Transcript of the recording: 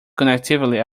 connectivity